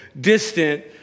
distant